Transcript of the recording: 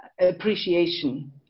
appreciation